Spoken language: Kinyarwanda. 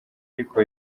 ariko